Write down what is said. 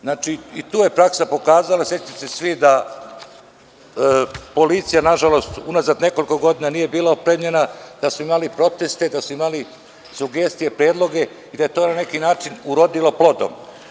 Znači, i tu je praksa pokazala, sećate se svi, da policija nažalost unazadnekoliko godina nije bila opredeljena, da su imali protest, da su imali sugestije, predloge i da je to na neki način urodilo plodom.